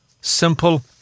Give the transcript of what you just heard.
Simple